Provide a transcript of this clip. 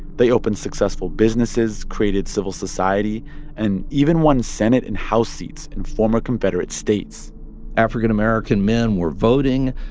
they opened successful businesses, created civil society and even won senate and house seats in former confederate states african american men were voting.